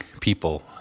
people